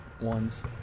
ones